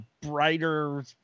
brighter